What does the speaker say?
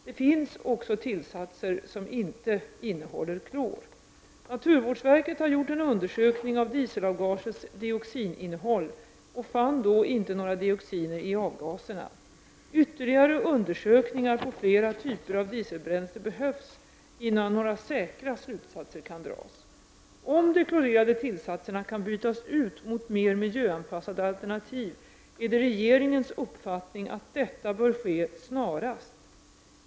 Det finns också tillsatser som inte innehåller klor. Naturvårdsverket har gjort en undersökning av dieselavgasers dioxininnehåll och fann då inte några dioxiner i avgaserna. Ytterligare undersökningar på flera typer av dieselbränsle behövs innan några säkra slutsatser kan dras. Om de klorerade tillsatserna kan bytas ut mot mer miljöanpassade alternativ är det regeringens uppfattning att detta bör ske snarast.